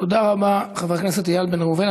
תודה רבה, חבר הכנסת איל בן ראובן.